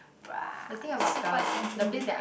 bruh that's super sassy